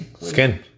Skin